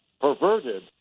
perverted